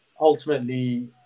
ultimately